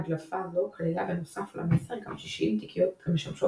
הדלפה זו כללה בנוסף למסר גם 60 תיקיות המשמשות